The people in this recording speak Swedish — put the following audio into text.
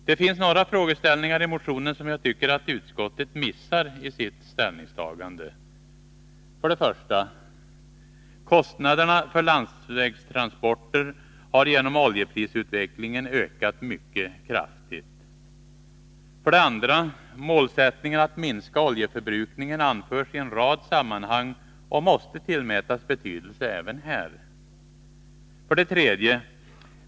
Det finns några frågeställningar i motionen som jag tycker utskottet missar i sitt ställningstagande: 1. Kostnaderna för landsvägstransporter har genom oljeprisutvecklingen ökat mycket kraftigt. 2. Målsättningen att minska oljeförbrukningen anförs i en rad sammanhang och måste tillmätas betydelse även här. 3.